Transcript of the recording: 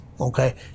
okay